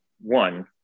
one